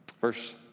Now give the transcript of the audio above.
Verse